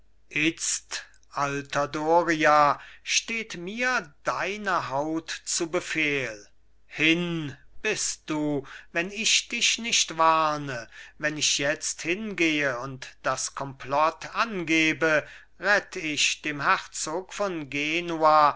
alter doria steht mir deine haut zu befehl hin bist du wenn ich dich nicht warne wenn ich jetzt hingehe und das komplott angebe rett ich dem herzog von genua